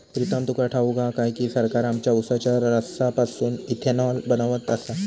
प्रीतम तुका ठाऊक हा काय की, सरकार आमच्या उसाच्या रसापासून इथेनॉल बनवत आसा